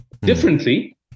differently